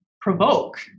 provoke